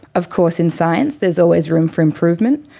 of course, in science, there's always room for improvement,